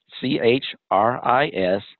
C-H-R-I-S